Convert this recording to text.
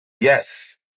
Yes